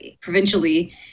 provincially